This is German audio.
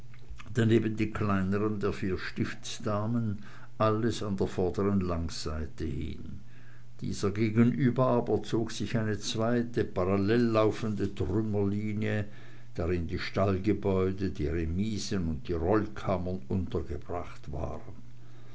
daneben die kleineren der vier stiftsdamen alles an der vorderen langseite hin dieser gegenüber aber zog sich eine zweite parallel laufende trümmerlinie darin die stallgebäude die remisen und die rollkammern untergebracht waren